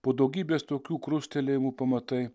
po daugybės tokių krustelėjimų pamatai